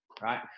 right